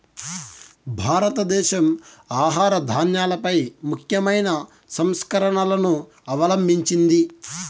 భారతదేశం ఆహార ధాన్యాలపై ముఖ్యమైన సంస్కరణలను అవలంభించింది